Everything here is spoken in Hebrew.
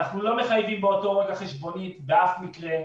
אנחנו לא מחייבים באותו רגע חשבונית באף מקרה,